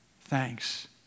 Thanks